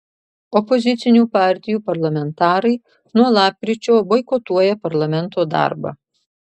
opozicinių partijų parlamentarai nuo lapkričio boikotuoja parlamento darbą